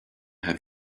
have